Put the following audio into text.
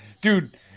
Dude